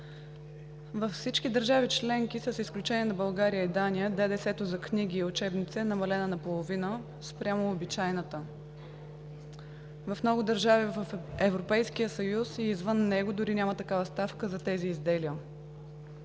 Във всички държави членки, с изключение на България и Дания, данъчната ставка за книги и учебници е намалена поне наполовина спрямо обичайната. В много държави в Европейския съюз и извън него дори няма такава ставка за тези изделия.